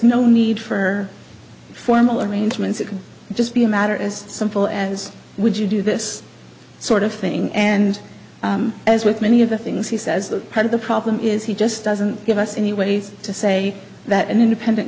no need for formal arrangements it would just be a matter as simple as would you do this sort of thing and as with many of the things he says that part of the problem is he just doesn't give us any ways to say that an independent